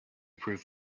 proof